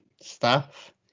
staff